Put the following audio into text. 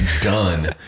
done